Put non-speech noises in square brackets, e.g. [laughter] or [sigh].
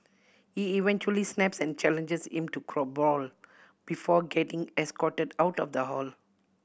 he eventually snaps and challenges him to a [unintelligible] brawl before getting escorted out of the hall